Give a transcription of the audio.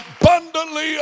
abundantly